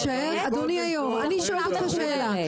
אדוני היו"ר אני שואלת אותך שאלה,